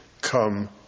come